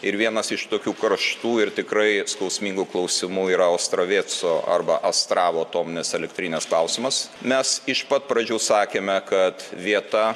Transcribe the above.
ir vienas iš tokių kraštų ir tikrai skausmingų klausimų yra astravieco arba astravo atominės elektrinės klausimas mes iš pat pradžių sakėme kad vieta